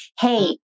hey